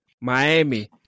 Miami